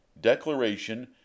declaration